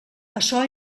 açò